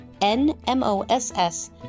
nmoss